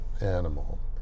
animal